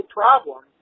problem